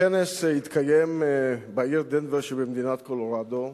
הכנס התקיים בעיר דנוור שבמדינת קולורדו,